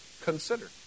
consider